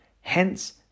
hence